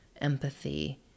empathy